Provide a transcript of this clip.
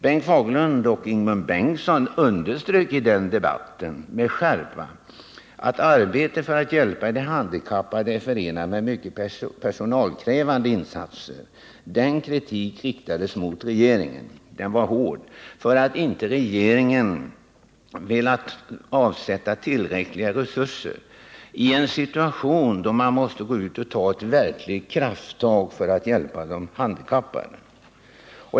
Bengt Fagerlund och Ingemund Bengtsson underströk i den debatten med skärpa att arbetet för att hjälpa de handikappade är förenat med mycket personalkrävande insatser. Den kritik som riktades mot regeringen var hård för att regeringen inte har velat avsätta tillräckliga resurser i en situation då man måste gå ut och ta ett verkligt krafttag för att hjälpa de handikappade.